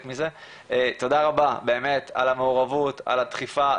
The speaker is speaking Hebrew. רבה באמת, על המעורבות, על הדחיפה.